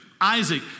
Isaac